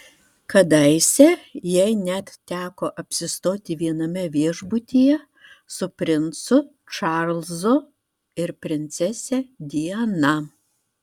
kadaise jai net teko apsistoti viename viešbutyje su princu čarlzu ir princese diana